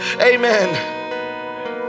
amen